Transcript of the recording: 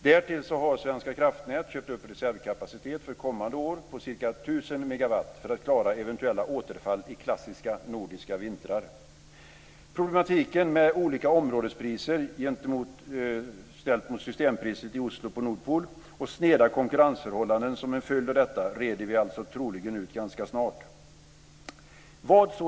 Därtill har Svenska kraftnät köpt upp reservkapacitet för kommande år på ca 1 000 megawatt för att klara eventuella återfall i klassiska nordiska vintrar. Problematiken med olika områdespriser ställt mot systempriset i Oslo på Nordpol och sneda konkurrensförhållanden som en följd av detta reder vi alltså troligen ganska snart ut.